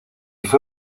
fue